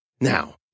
Now